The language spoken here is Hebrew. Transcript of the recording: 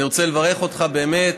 אני רוצה לברך אותך, באמת.